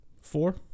four